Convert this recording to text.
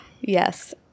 Yes